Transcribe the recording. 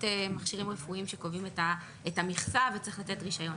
מכשירים רפואיים שקובעות את המכסה וצריך לתת רישיון.